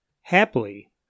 Happily